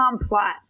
plot